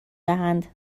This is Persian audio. دهند